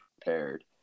prepared